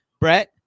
Brett